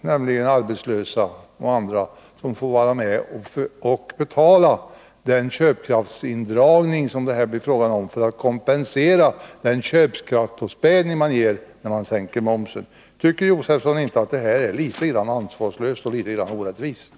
Det gäller arbetslösa och andra, som får vara med och betala den köpkraftsindragning som det här blir fråga om för att kompensera den köpkraftspåspädning som man ger när man sänker momsen. Tycker inte Stig Josefson att detta är litet ansvarslöst och orättvist?